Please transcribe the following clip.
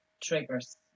triggers